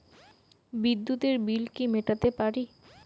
বিদ্যুতের বিল কি মেটাতে পারি?